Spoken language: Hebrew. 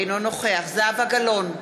אינו נוכח זהבה גלאון,